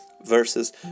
versus